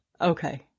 Okay